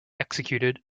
executed